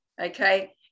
okay